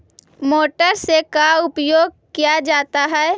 Motor से का उपयोग क्या जाता है?